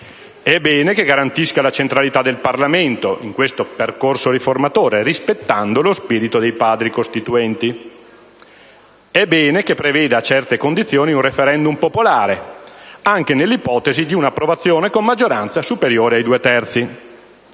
È bene che garantisca la centralità del Parlamento in questo percorso riformatore, rispettando lo spirito dei Padri costituenti. È bene che preveda, a certe condizioni, un *referendum* popolare, anche nell'ipotesi di approvazione con maggioranza superiore ai due terzi.